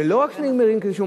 ולא רק שלא נגמרים בכתבי אישום,